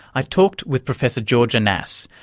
i talked with professor george annas,